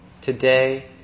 today